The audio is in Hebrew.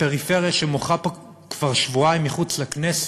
הפריפריה, שמוחה כבר שבועיים פה מחוץ לכנסת,